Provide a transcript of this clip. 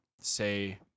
say